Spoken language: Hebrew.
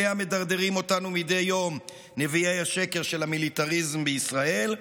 שאליה מדרדרים אותנו מדי יום נביאי השקר של המיליטריזם בישראל,